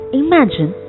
imagine